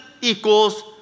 equals